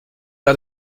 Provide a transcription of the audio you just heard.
got